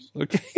okay